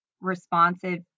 responsive